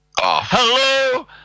Hello